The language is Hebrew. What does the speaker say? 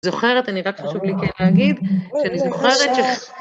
זוכרת, אני רק חשוב לי כן להגיד, שאני זוכרת ש...